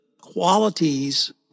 qualities